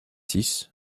six